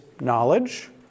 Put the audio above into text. Knowledge